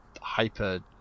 hyper